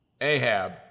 Ahab